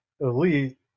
elite